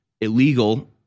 illegal